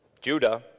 Judah